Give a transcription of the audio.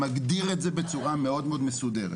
מגדיר את זה בצורה מאוד מסודרת.